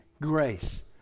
grace